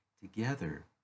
together